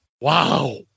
Wow